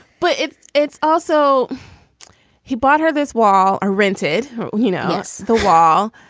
but it's it's also he bought her this wall or rented you know us the wall.